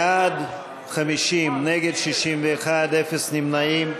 בעד 50, נגד, 61, אפס נמנעים.